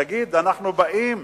שתגיד: אנחנו באים